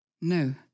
No